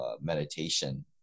meditation